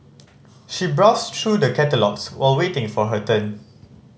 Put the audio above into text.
she browsed through the catalogues while waiting for her turn